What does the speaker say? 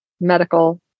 medical